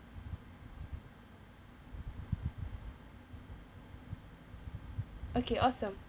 okay awesome